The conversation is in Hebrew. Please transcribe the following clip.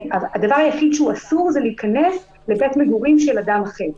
הדבר היחיד שהוא אסור זה להיכנס לבית מגורים של אדם אחר.